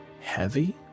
heavy